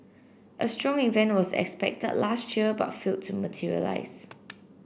a strong event was expected last year but failed to materialise